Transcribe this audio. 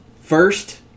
first